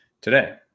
today